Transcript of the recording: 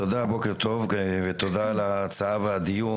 תודה, בוקר טוב, ותודה על ההצעה והדיון.